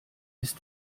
ist